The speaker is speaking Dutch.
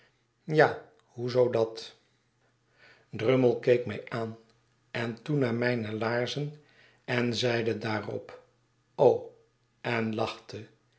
ja hoe zoo dat drummle keek mij aan en toen naar mijne laarzen en zeide daarop en lachte